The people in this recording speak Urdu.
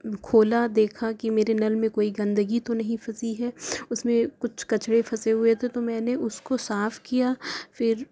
کھولا دیکھا کہ میرے نل میں کوئی گندگی تو نہیں پھنسی ہے اس میں کچھ کچڑے پھنسے ہوئے تھے تو میں نے اس کو صاف کیا پھر